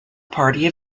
party